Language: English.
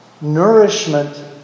nourishment